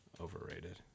Overrated